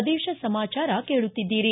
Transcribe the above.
ಪ್ರದೇಶ ಸಮಾಚಾರ ಕೇಳುತ್ತಿದ್ದೀರಿ